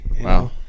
Wow